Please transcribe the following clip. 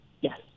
Yes